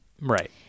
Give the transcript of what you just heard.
Right